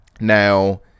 Now